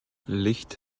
licht